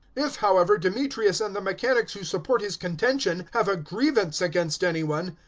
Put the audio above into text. if, however, demetrius and the mechanics who support his contention have a grievance against any one,